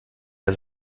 der